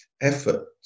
effort